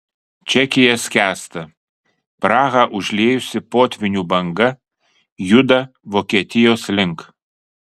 čekija skęsta prahą užliejusi potvynių banga juda vokietijos link